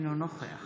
אינו נוכח